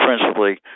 principally